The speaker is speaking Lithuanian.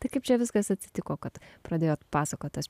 tai kaip čia viskas atsitiko kad pradėjo atpasakotas